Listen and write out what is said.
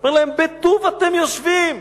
הוא אומר להם: "בטוב אתם יושבים".